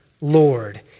Lord